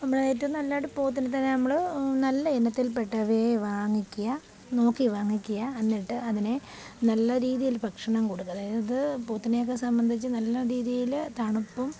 നമ്മള് ഏറ്റവും നല്ലതായിട്ട് പോത്തിനെ തന്നെ നമ്മള് നല്ല ഇനത്തിൽപ്പെട്ടവയെ വാങ്ങിക്കുക നോക്കി വാങ്ങിക്കുക എന്നിട്ട് അതിനെ നല്ല രീതിയിൽ ഭക്ഷണം കൊടുക്കുക അതായത് പോത്തിനെയൊക്കെ സംബന്ധിച്ച് നല്ല രീതിയില് തണുപ്പും